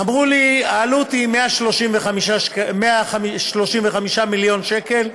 אמרו לי שהעלות היא 135 מיליון שקל.